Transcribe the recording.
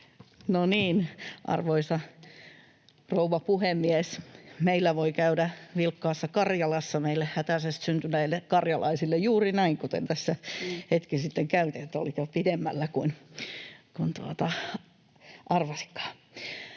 arvoisa rouva puhemies, meillä voi käydä vilkkaassa Karjalassa meille hätäisesti syntyneille karjalaisille juuri näin, kuten tässä hetki sitten kävi, että oltiin pidemmällä kuin arvasikaan.